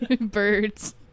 Birds